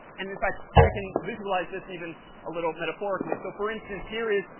and in fact, we can visualize this even a little metaphorically. so for instance, here is,